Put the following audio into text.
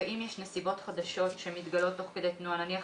ואם יש נסיבות חדשות שמתגלות תוך כדי תנועה נניח